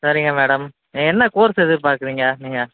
சரிங்க மேடம் என்ன கோர்ஸ் எதிர் பார்க்குறீங்க நீங்கள்